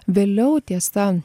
vėliau tiesa